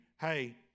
hey